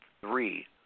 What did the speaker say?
three